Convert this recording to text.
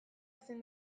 ezin